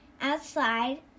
outside